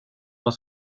vad